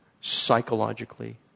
psychologically